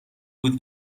بود